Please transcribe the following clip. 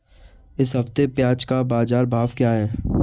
इस हफ्ते प्याज़ का बाज़ार भाव क्या है?